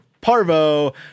parvo